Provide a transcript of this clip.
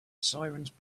sirens